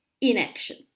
inaction